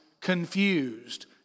confused